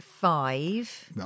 five